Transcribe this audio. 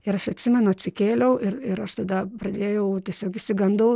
ir aš atsimenu atsikėliau ir ir aš tada pradėjau tiesiog išsigandau